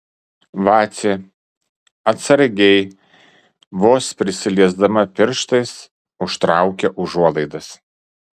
vacė atsargiai vos prisiliesdama pirštais užtraukia užuolaidas